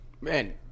Man